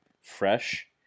fresh